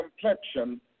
complexion